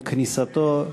עם כניסתו,